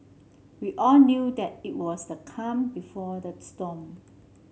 we all knew that it was the calm before the storm